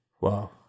Wow